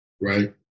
right